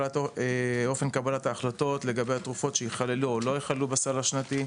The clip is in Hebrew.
אופן קבלת ההחלטות לגבי התרופות שיכללו או לא יכללו בסל השנתי,